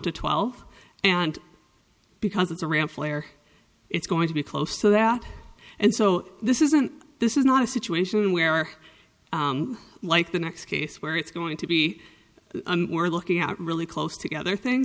to twelve and because it's a ramp player it's going to be close to that and so this isn't this is not a situation where like the next case where it's going to be looking out really close together thing